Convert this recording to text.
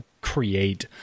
create